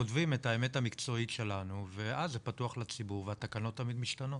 כותבים את האמת המקצועית שלנו ואז זה פתוח לציבור והתקנות תמיד משתנות.